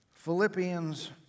Philippians